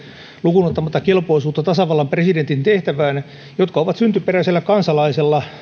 lukuun ottamatta kelpoisuutta tasavallan presidentin tehtävään joka on syntyperäisellä kansalaisella